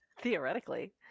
Theoretically